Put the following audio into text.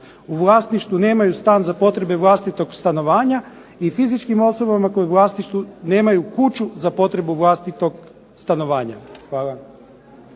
u vlasništvu nemaju stan za potrebe vlastitog stanovanja i fizičkim osobama koji u vlasništvu nemaju kuću za potrebu vlastitog stanovanja. Hvala.